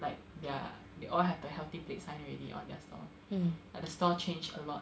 like ya they all have the healthy plate sign already on their stall like the stall changed a lot